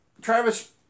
Travis